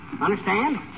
Understand